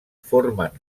formen